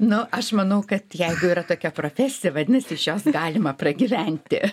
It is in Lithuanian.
nu aš manau kad jeigu yra tokia profesija vadinasi iš jos galima pragyventi